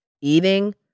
eating